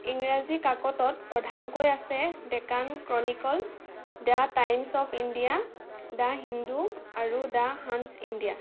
ইংৰাজী কাকতত প্ৰধানকৈ আছে Deccan Chronicle the Times of India the Hindu the দ্য় হান্স ইণ্ডিয়া